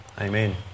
Amen